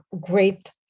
great